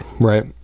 right